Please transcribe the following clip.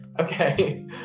Okay